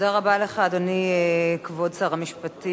תודה רבה לך, אדוני, כבוד שר המשפטים,